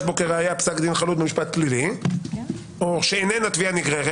בו כראיה פסק דין חלוט במשפט פלילי או שאיננה תביעה נגררת